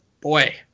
boy